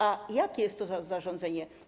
A jakie jest to zarządzenie?